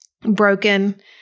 broken